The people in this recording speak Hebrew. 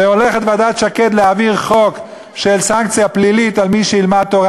וועדת שקד הולכת להעביר חוק של סנקציה פלילית על מי שילמד תורה.